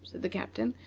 the captain,